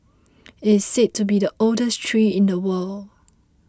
it is said to be the oldest tree in the world